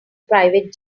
private